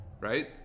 right